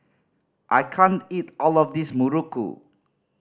I can't eat all of this muruku